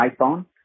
iPhone